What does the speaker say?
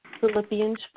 Philippians